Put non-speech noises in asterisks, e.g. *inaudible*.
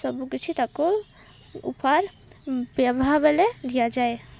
ସବୁକିଛି ତାକୁ ଉପହାର *unintelligible* ବେଲେ ଦିଆଯାଏ